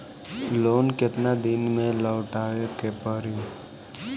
Loan केतना दिन में लौटावे के पड़ी?